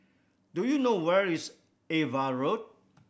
do you know where is Ava Road